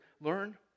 learn